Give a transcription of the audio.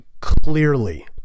clearly